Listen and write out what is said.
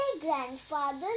grandfather